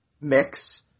mix